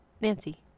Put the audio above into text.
nancy